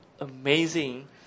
amazing